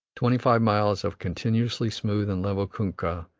twenty-five miles of continuously smooth and level kunkah,